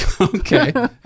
okay